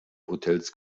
hotels